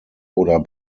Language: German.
oder